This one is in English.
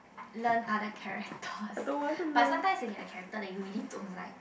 learn other characters but sometimes you get the character that you really don't like